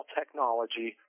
technology